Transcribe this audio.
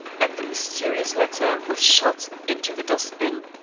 and the mysterious letter was shot into the dustbin.